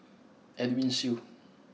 Edwin Siew